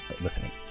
listening